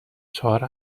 چهار